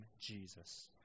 Jesus